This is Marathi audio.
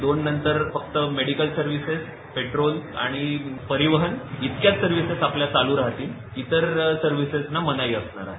दोन नंतर फक्त मेडिकल सर्विसेस पेट्रोल आणि परिवहन इतक्याच सर्विसेस चालू राहतील इतर सर्विसेसना मनाई असणार आहे